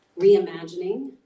Reimagining